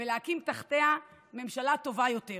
ולהקים תחתיה ממשלה טובה יותר,